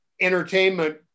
entertainment